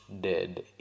dead